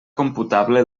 computable